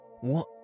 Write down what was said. What